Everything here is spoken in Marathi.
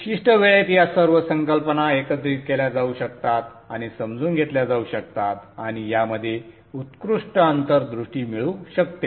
विशिष्ट वेळेत या सर्व संकल्पना एकत्रित केल्या जाऊ शकतात आणि समजून घेतल्या जाऊ शकतात आणि यामध्ये उत्कृष्ट अंतर्दृष्टी मिळू शकते